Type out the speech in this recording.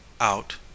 out